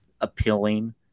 appealing